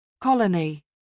colony